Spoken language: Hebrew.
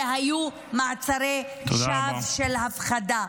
היו מעצרי שווא של הפחדה.